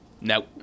No